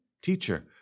Teacher